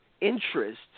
interest